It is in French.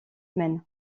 men